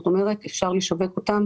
זאת אומרת, אפשר לשווק אותן